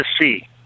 see